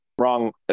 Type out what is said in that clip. wrong